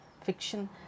fiction